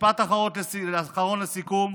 ומשפט אחרון לסיכום,